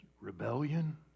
rebellion